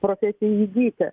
profesijai įgyti